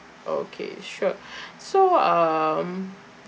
okay sure so um